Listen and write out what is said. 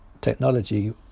technology